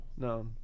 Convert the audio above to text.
No